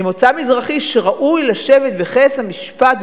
ממוצא מזרחי שראוי לשבת בכס המשפט,